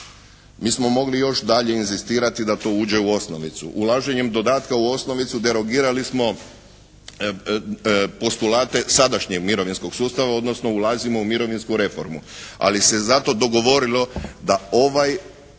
Mi smo mogli još dalje inzistirati da to uđe u osnovicu. Ulaženjem dodatka u osnovicu derogirali smo postulate sadašnjeg mirovinskog sustava odnosno ulazimo u mirovinsku reformu, ali se zato dogovorilo da ovaj